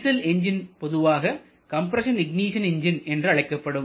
diesel engine பொதுவாக compression ignition engine என்று அழைக்கப்படும்